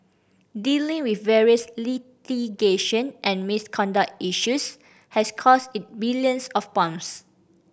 dealing with various litigation and misconduct issues has cost it billions of pounds